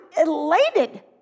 elated